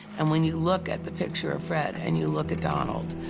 and when you look at the picture of fred and you look at donald,